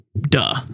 duh